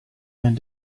and